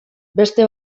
beste